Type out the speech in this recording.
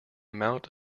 amount